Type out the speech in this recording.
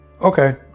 Okay